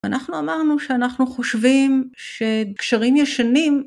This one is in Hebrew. ואנחנו אמרנו שאנחנו חושבים שגשרים ישנים